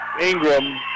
Ingram